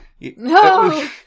No